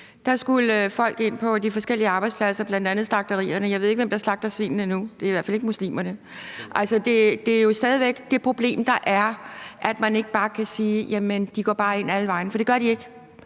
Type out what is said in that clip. skulle folk ind på de forskellige arbejdspladser, bl.a. slagterierne. Jeg ved ikke, hvem der slagter svinene nu, det er i hvert fald ikke muslimerne. Det er jo stadig væk det problem, der er, at man ikke bare kan sige: De går ind alle vegne. For det gør de ikke,